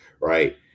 right